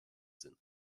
sinne